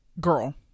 Girl